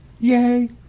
yay